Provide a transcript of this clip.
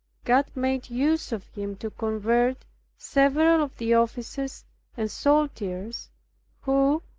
god made use of him to convert several of the officers and soldiers, who,